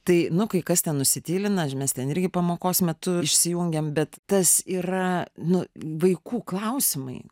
tai nu kai kas ten nusitylina mes ten irgi pamokos metu išsijungiam bet tas yra nu vaikų klausimai